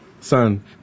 son